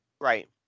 Right